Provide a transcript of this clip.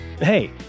Hey